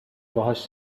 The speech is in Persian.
باهاش